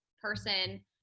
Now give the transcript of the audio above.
person